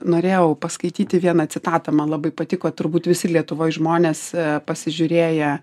norėjau paskaityti vieną citatą man labai patiko turbūt visi lietuvoj žmonės pasižiūrėję